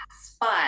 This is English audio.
spot